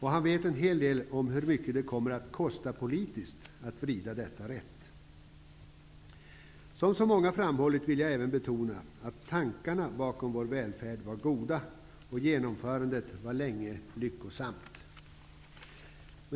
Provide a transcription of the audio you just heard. Han vet en hel del om hur mycket det poli tiskt kommer att kosta att vrida detta rätt. Som så många framhållit, och även jag vill be tona, var tankarna bakom vår välfärd goda, och genomförandet var länge lyckosamt.